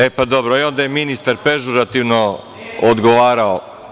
E, pa dobro, onda je ministar pežorativno odgovarao.